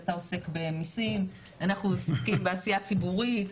אתה עוסק במיסים, אנחנו עוסקים בעשייה ציבורית.